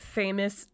famous